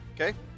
Okay